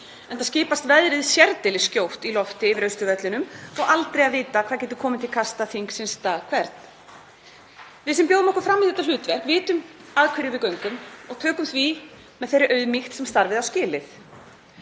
enda skipast veður sérdeilis skjótt í lofti yfir Austurvelli og aldrei að vita hvað getur komið til kasta þingsins dag hvern. Við sem bjóðum okkur fram í þetta hlutverk vitum að hverju við göngum og tökum því með þeirri auðmýkt sem starfið á skilið.